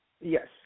Yes